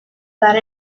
that